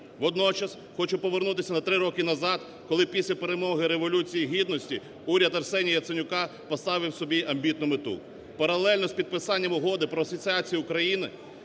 Водночас хочу повернутися на три роки назад, коли після перемоги Революції Гідності уряд Арсенія Яценюка поставив собі амбітну мету. Паралельно з підписанням Угоди про асоціацію Україна